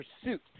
pursuit